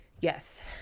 Yes